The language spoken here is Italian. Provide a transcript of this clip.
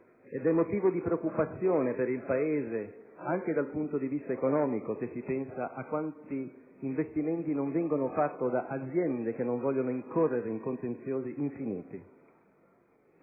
ed è motivo di preoccupazione per il Paese anche dal punto di vista economico, se si pensa a quanti investimenti non vengono fatti da aziende che non vogliono incorrere in contenziosi infiniti.